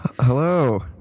Hello